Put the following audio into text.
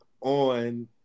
on